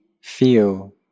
feel